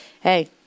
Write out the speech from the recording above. hey